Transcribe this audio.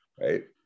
right